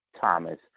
Thomas